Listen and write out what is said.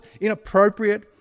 inappropriate